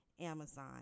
Amazon